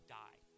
die